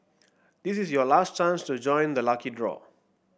this is your last chance to join the lucky draw